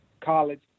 college